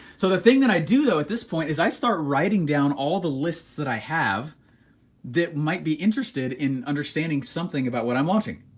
so the thing that i do though at this point is i start writing down all the lists that i have that might be interested in understanding something about what i'm launching.